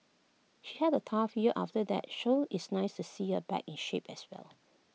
she had A tough year after that show it's nice to see her back in shape as well